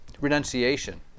Renunciation